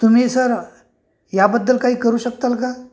तुम्ही सर याबद्दल काही करू शकता का